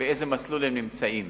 באיזה מסלול הם נמצאים